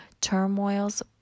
turmoils